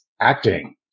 acting